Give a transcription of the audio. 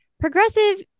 progressive